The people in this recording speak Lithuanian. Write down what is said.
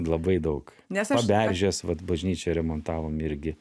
labai daug paberžės vat bažnyčią remontavom irgi